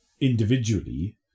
individually